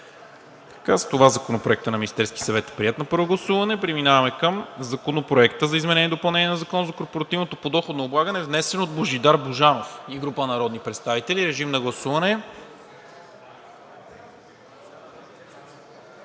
С това Законопроектът на Министерския съвет е приет на първо гласуване. Преминаваме към Законопроекта за изменение и допълнение на Закона за корпоративното подоходно облагане, внесен от Божидар Божанов и група народни представители. Режим на гласуване.